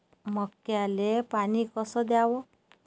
मक्याले पानी कस द्याव?